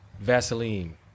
Vaseline